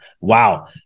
Wow